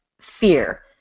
fear